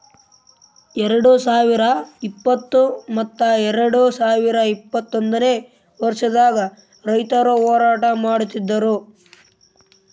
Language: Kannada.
ಎರಡು ಸಾವಿರ ಇಪ್ಪತ್ತು ಮತ್ತ ಎರಡು ಸಾವಿರ ಇಪ್ಪತ್ತೊಂದನೇ ವರ್ಷದಾಗ್ ರೈತುರ್ ಹೋರಾಟ ಮಾಡಿದ್ದರು